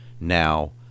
now